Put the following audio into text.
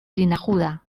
linajuda